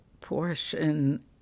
portion